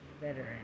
veteran